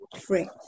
free